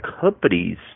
companies